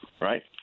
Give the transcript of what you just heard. right